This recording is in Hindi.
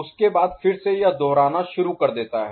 उसके बाद फिर से यह दोहराना शुरू कर देता है